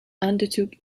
undertook